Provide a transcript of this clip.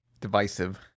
divisive